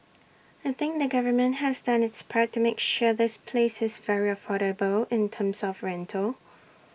I think the government has done its part to make sure this place is very affordable in terms of rental